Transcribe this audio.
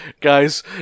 guys